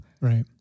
Right